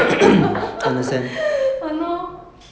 !hannor!